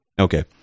Okay